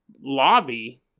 lobby